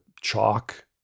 chalk